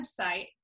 website